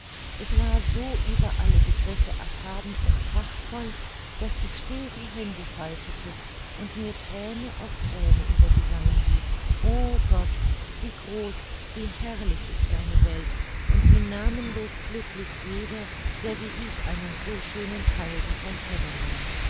es war so über alle begriffe erhaben und prachtvoll daß ich still die hände faltete und mir thräne auf thräne über die wangen lief o gott wie groß wie herrlich ist deine welt und wie namenlos glücklich jeder der wie ich einen so schönen theil davon